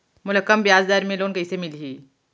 मोला कम ब्याजदर में लोन कइसे मिलही?